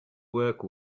work